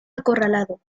acorralado